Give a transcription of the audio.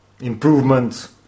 improvements